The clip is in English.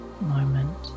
moment